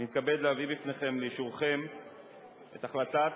אני מתכבד להביא בפניכם לאישורכם את החלטת